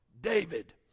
David